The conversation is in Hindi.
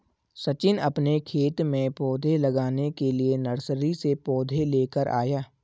सचिन अपने खेत में पौधे लगाने के लिए नर्सरी से पौधे लेकर आया